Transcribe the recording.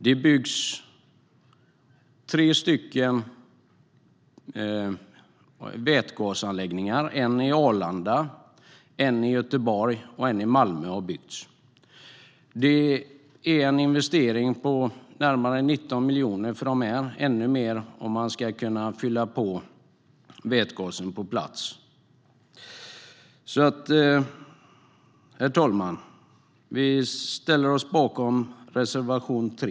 Det har byggts tre vätgasanläggningar, en vid Arlanda, en i Göteborg och en i Malmö. Det är en investering på närmare 19 miljoner för att man ska kunna fylla på vätgasen på plats. Herr talman! Jag yrkar bifall till reservation 3.